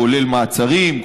כולל מעצרים,